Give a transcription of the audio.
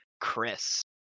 Chris